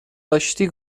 داشتی